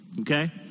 Okay